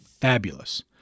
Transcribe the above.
fabulous